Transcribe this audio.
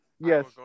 Yes